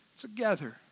together